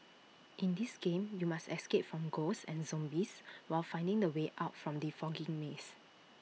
in this game you must escape from ghosts and zombies while finding the way out from the foggy maze